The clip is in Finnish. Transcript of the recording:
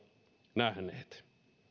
nähneet